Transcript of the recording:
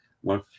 one